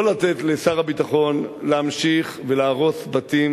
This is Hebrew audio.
לא לתת לשר הביטחון להמשיך ולהרוס בתים